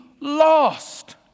lost